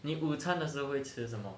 你午餐的时候会吃什么